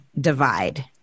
divide